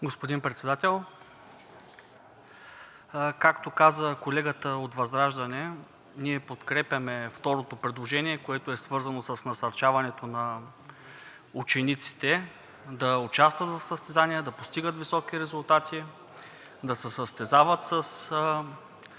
Господин Председател! Както каза колегата от ВЪЗРАЖДАНЕ, ние подкрепяме второто предложение, което е свързано с насърчаването на учениците да участват в състезания, да постигат високи резултати, да се състезават със